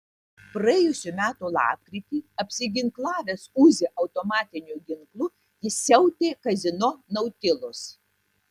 praėjusių metų lapkritį apsiginklavęs uzi automatiniu ginklu jis siautė kazino nautilus